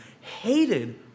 hated